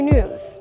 News